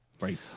Right